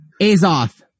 Azoth